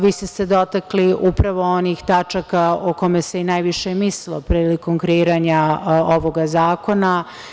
Vi ste se dotakli upravo onih tačaka o kojima se najviše i mislilo prilikom kreiranja ovog zakona.